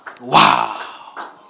Wow